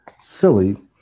silly